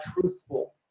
truthful